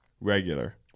Regular